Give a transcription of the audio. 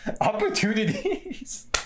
Opportunities